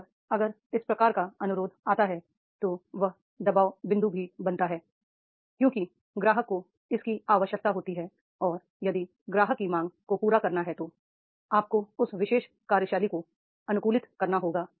और अगर इस प्रकार का अनुरोध आता है तो वह दबाव बिंदु भी बनाता है क्योंकि ग्राहक को इसकी आवश्यकता होती है और यदि ग्राहक की मांग को पूरा करना है तो आपको उस विशेष कार्य शैली को अनुकूलित करना होगा